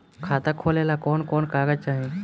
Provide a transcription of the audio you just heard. खाता खोलेला कवन कवन कागज चाहीं?